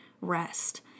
rest